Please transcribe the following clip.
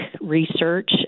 research